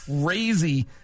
crazy